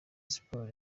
sport